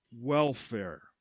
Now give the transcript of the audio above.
welfare